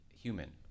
human